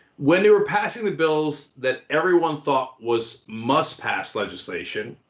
when they were passing the bill so that everyone thought was must pass legislation,